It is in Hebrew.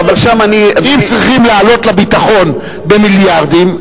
אם צריכים להעלות לביטחון במיליארדים,